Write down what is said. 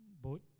boat